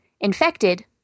infected